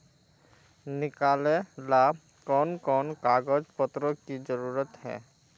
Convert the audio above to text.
निकाले ला कोन कोन कागज पत्र की जरूरत है?